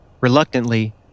reluctantly